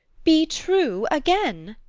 be true again!